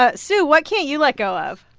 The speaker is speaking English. ah sue, what can't you let go of?